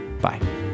Bye